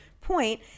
point